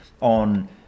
on